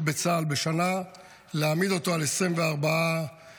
בצה"ל בשנה ולהעמיד אותו על 24 חודשים.